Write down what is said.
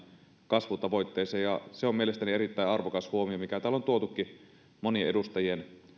kasvutavoitteeseen ja on mielestäni erittäin arvokas huomio mikä täällä on tuotukin monien edustajien